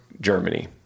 Germany